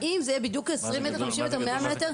האם זה יהיה בדיוק 20 מטרים, 50 מטרים, 100 מטרים?